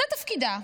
זה תפקידה.